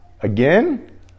again